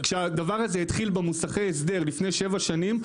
כשהדבר הזה התחיל במוסכי ההסדר לפני שבע שנים,